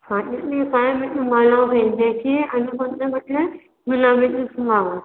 तुमाला गेंद्याची आणि कोणते म्हटले गुलाबाची फ्लॉवर